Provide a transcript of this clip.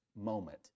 moment